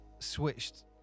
switched